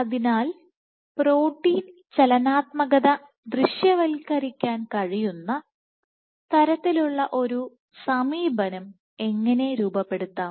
അതിനാൽ പ്രോട്ടീൻ ചലനാത്മക ദൃശ്യവൽക്കരിക്കാൻ കഴിയുന്ന തരത്തിലുള്ള ഒരു സമീപനം എങ്ങനെ രൂപപ്പെടുത്താം